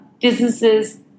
Businesses